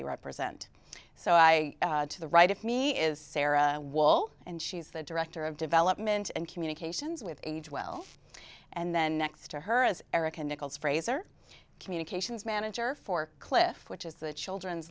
they represent so i to the right of me is sarah wool and she's the director of development and communications with age well and then next to her is erika nichols fraser communications manager for cliff which is the children's